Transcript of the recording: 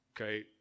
okay